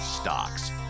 Stocks